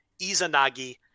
Izanagi